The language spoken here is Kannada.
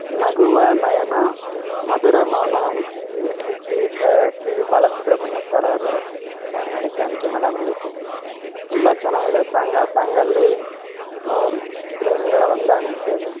ನಗುವ ನಯನ ಮಧುರ ಮೌನ ಅಂತೇಳಿ ಯಸ್ ಪಿ ಪಿ ಸ S P B Bala Subramanya sir ಅವರು ಸಾಂಗ್ ಹಾಡೋದ್ ಜಾನಕಿ ಮೇಡಂ ಜೊತೆ ತುಂಬ ಚೆನ್ನಾಗಿದೆ ಸಾಂಗ್ ಆ ಸಾಂಗಲ್ಲಿ ಪ್ರೇಮಿಗಳ ಹೊಂದಾಣಿಕೆ